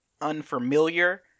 unfamiliar